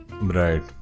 Right